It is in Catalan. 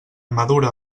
madura